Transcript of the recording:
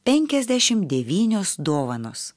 penkiasdešim devynios dovanos